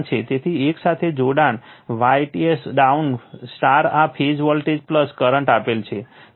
તેથી એકસાથે જોડાણ Yts ડાઉન Y આ ફેઝ વોલ્ટેજ કરંટ આપેલ છે